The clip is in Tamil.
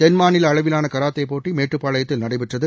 தென்மாநில அளவிலான கராத்தே போட்டி மேட்டுப்பாளையத்தில் நடைபெற்றது